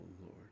lord